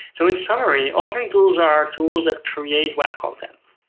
so in summary, authoring tools are tools that create web content.